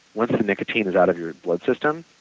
once the nicotine is out of your blood system,